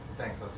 Thanks